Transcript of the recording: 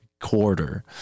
quarter